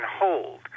hold